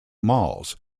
malls